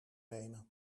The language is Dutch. nemen